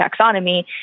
taxonomy